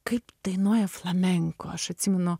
kaip dainuoja flamenko aš atsimenu